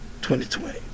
2020